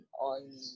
on